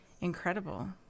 incredible